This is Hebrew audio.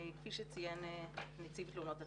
כפי שציין נציב תלונות הציבור,